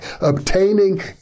Obtaining